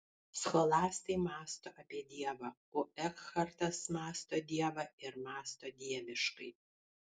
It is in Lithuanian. scholastai mąsto apie dievą o ekhartas mąsto dievą ir mąsto dieviškai